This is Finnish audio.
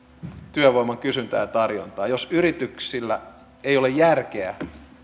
työvoiman kysyntää ja tarjontaa jos yrityksillä ei ole järkeä